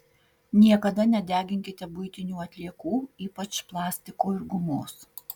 niekada nedeginkite buitinių atliekų ypač plastiko ir gumos